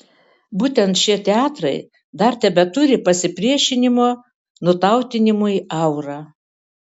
būtent šie teatrai dar tebeturi pasipriešinimo nutautinimui aurą